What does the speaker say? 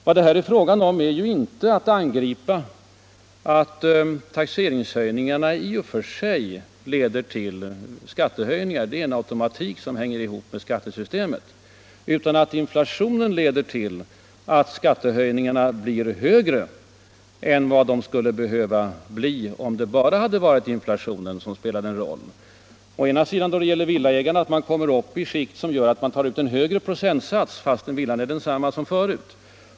Vad det här är fråga om är inte att taxeringshöjningarna i och för sig leder till skattehöjningar — det är en automatik som hänger ihop med skattesystemet — utan att inflationen gör att skattehöjningarna blir större än vad de skulle behöva bli, om det bara var inflationen som spelade en roll. Villaägarna kommer upp i skikt där det tas ut en högre procentsats fastän villan är densamma som förut.